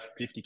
50